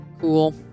Cool